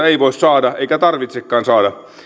ei voi saada eikä tarvitsekaan saada